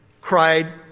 cried